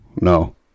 no